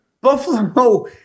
Buffalo